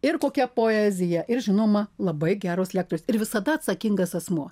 ir kokia poezija ir žinoma labai geros lektorės ir visada atsakingas asmuo